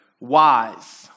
WISE